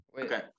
okay